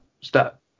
stop